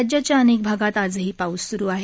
राज्याच्या अनेक भागात आजही पाऊस स्रु आहे